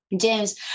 James